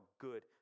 good